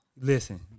Listen